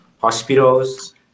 hospitals